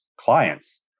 clients